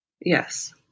Yes